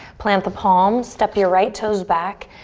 plant the palms, step your right toes back.